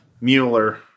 Mueller